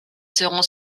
seront